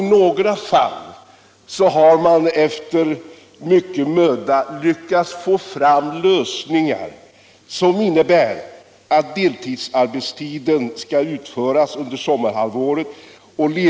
I några fall har man efter mycken möda lyckats få fram lösningar som innebär att deltidsarbetet skall utföras under sommarhalvåret.